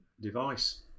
device